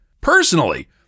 personally